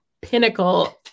pinnacle